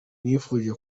nifuje